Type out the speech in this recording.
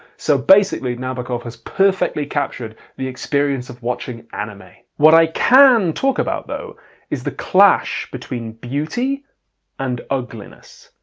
so basically nabokov has perfectly captured the experience of watching anime. what i can talk about though is the clash between beauty and ugliness.